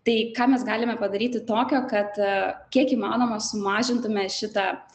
tai ką mes galime padaryti tokio kad kiek įmanoma sumažintume šitą